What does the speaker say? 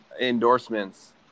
endorsements